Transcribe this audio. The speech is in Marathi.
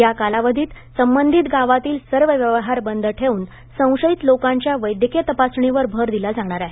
या कालावधीत संबंधित गावातील सर्व व्यवहार बंद ठेऊन संशयित लोकांच्या वैद्यकीय तपासणीवर भर दिला आहेत